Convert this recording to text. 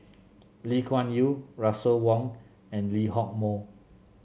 Lee Kuan Yew Russel Wong and Lee Hock Moh